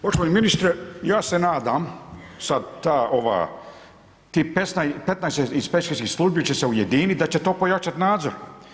Poštovani ministre, ja se nadam, sad ta ova, tih 15 inspekcijskih službi će se ujediniti, da će to pojačati nadzor.